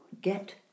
get